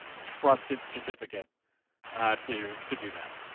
trusted certificate to to do that.